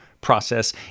process